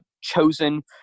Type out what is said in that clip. chosen